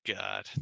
God